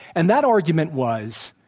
and that argument was,